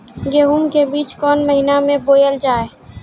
गेहूँ के बीच कोन महीन मे बोएल जाए?